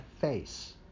face